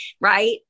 Right